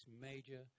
major